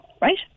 right